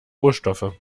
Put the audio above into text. rohstoffe